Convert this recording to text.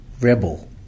rebel